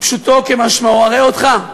פשוטו כמשמעו: אַרְאָה אותך.